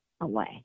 away